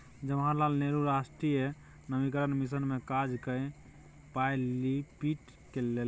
जवाहर लाल नेहरू राष्ट्रीय शहरी नवीकरण मिशन मे काज कए कए पाय पीट लेलकै